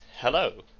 Hello